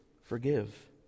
forgive